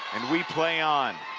and we play on.